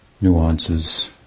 nuances